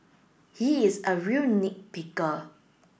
he is a real nit picker